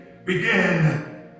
begin